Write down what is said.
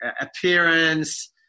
appearance